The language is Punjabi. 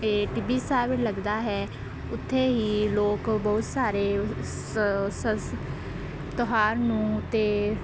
ਅਤੇ ਟਿੱਬੀ ਸਾਹਿਬ ਲੱਗਦਾ ਹੈ ਉੱਥੇ ਹੀ ਲੋਕ ਬਹੁਤ ਸਾਰੇ ਸ ਸਸ ਤਿਉਹਾਰ ਨੂੰ ਅਤੇ